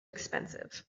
expensive